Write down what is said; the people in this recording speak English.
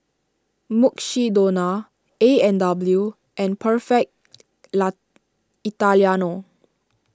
Mukshidonna A and W and Perfect Italiano